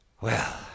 Well